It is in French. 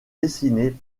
dessiné